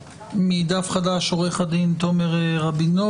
מדף חדש נמצא איתנו עורך הדין תומר רבינוביץ,